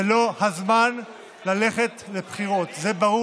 זה לא הזמן ללכת לבחירות, זה ברור